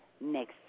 next